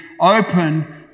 open